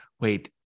wait